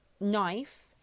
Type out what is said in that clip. knife